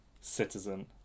citizen